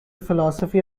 philosophy